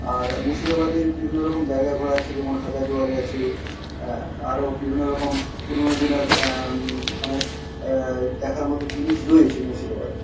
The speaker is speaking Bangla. আর মুর্শিদাবাদের বিভিন্ন রকম জায়গা ঘোরা আছে যেমন হাজার দুয়ারি আছে হ্যাঁ আরও বিভিন্ন রকম পুরোনো দিনের অনেক দেখার মতো জিনিস রয়েছে মুর্শিদাবাদে